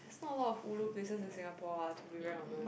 there's not a lot of ulu places in Singapore ah to be very honest